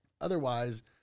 Otherwise